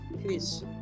please